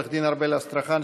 ולעורכת הדין ארבל אסטרחן,